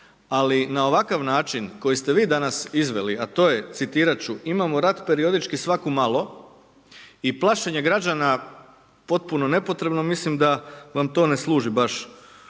ali na ovakav način, koji ste vi danas izveli, a to je, citirati ću, imamo …/Govornik se ne razumije./… svako malo i plašenje građane potpuno nepotrebno, mislim da vam to ne služi baš